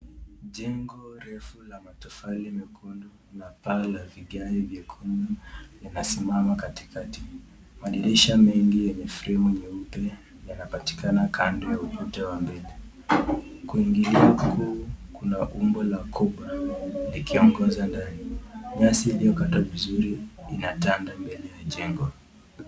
Jengo refu la matofali mekundu na paa la vigae nyekundu linasimama katikati, madirisha mengi yenye fremu nyeupe yanapatikana kando ya ukuta ya mbele, kuingia huku kuna umbo la kobra likiongoza ndani, nyasi iliyokatwa vizuri inatanda mbele ya jengo.